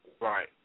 Right